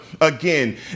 again